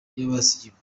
yabasigiye